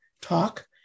talk